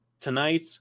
tonight